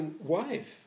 wife